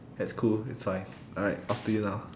that's cool that's fine alright off to you now